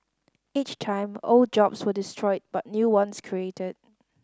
each time old jobs were destroyed but new ones created